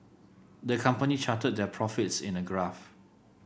the company charted their profits in a graph